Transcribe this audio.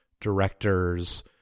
directors